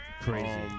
Crazy